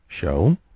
show